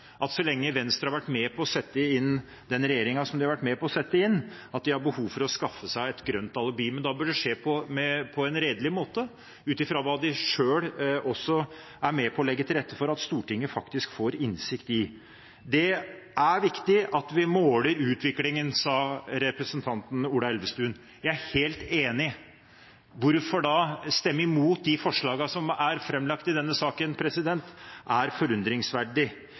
at så lenge Venstre har vært med på å sette inn den regjeringen som de har vært med på å sette inn, har de behov for å skaffe seg et grønt alibi. Men da bør det skje på en redelig måte, ut fra hva de selv også er med på å legge til rette for at Stortinget faktisk får innsikt i. Det er viktig at vi måler utviklingen, sa representanten Ola Elvestuen. Jeg er helt enig. At en da stemmer imot de forslagene som er framlagt i denne saken, er forundringsverdig.